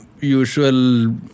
usual